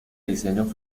diseño